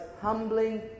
humbling